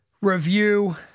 review